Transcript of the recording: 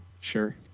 Sure